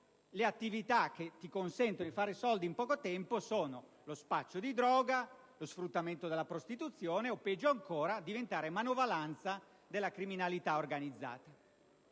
le attività che ti consentono di fare soldi in poco tempo sono lo spaccio di droga, lo sfruttamento della prostituzione o, peggio ancora, diventare manovolanza della criminalità organizzata.